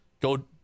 go